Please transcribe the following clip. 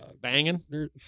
banging